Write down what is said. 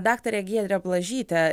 daktarę giedre blažytę